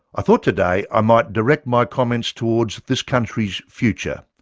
i thought today i might direct my comments towards this country's future